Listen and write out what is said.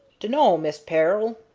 dunno, mist pearl.